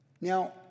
Now